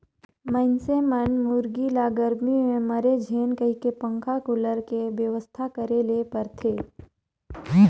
मइनसे मन मुरगी ल गरमी में मरे झेन कहिके पंखा, कुलर के बेवस्था करे ले परथे